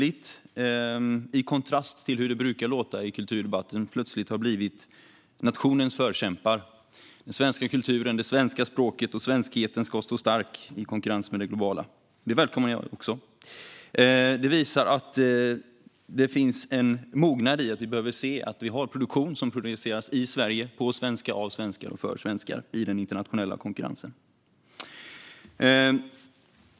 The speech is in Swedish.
I kontrast till hur det brukar låta i kulturdebatten har man plötsligt blivit nationens förkämpar. Den svenska kulturen, det svenska språket och svenskheten ska stå stark i konkurrens med det globala. Det välkomnar jag också. Det visar att det finns en mognad. Vi behöver se till att vi i den internationella konkurrensen har en produktion i Sverige på svenska, av svenskar och för svenskar.